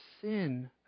sin